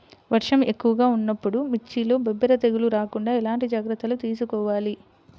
వర్షం ఎక్కువగా ఉన్నప్పుడు మిర్చిలో బొబ్బర తెగులు రాకుండా ఎలాంటి జాగ్రత్తలు తీసుకోవాలి?